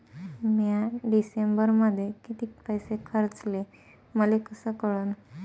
म्या डिसेंबरमध्ये कितीक पैसे खर्चले मले कस कळन?